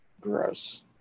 Gross